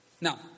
Now